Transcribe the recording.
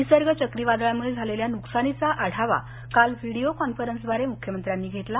निसर्ग चक्रीवादळामुळे झालेल्या नुकसानीचा आढावा काल व्हिडीओ कॉन्फरन्सद्वारे मुख्यमंत्र्यांनी घेतला